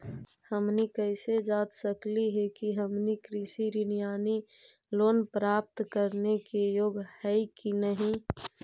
हमनी कैसे जांच सकली हे कि हमनी कृषि ऋण यानी लोन प्राप्त करने के योग्य हई कि नहीं?